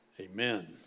Amen